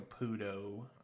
Caputo